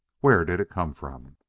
where did it come from?